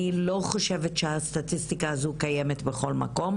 אני לא חושבת שהסטטיסטיקה הזו קיימת בכל מקום.